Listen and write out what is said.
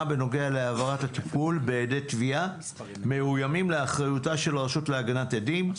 בנוגע להעברת הטיפול בעדי תביעה מאוימים לאחריותה של הרשות להגנת עדים.